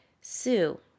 Sue